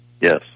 Yes